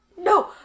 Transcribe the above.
No